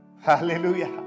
Hallelujah